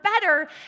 better